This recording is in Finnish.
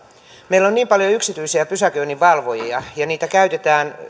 meillä on niin paljon yksityisiä pysäköinninvalvojia ja niitä käytetään